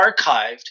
archived